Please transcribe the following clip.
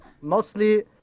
Mostly